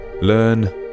learn